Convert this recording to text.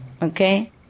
Okay